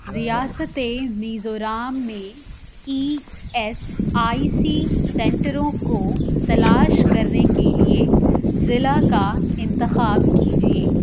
ریاستِ میزورام میں E S I C سینٹروں کو تلاش کرنے کے لیے ضلع کا انتخاب کیجیے